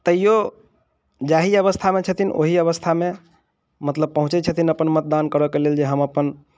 तइयो जाहि अवस्थामे छथिन ओहि अवस्थामे मतलब पहुँचैत छथिन अपन मतदान करऽ के लेल जे हम अपन